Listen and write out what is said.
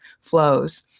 flows